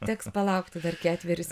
teks palaukti dar ketverius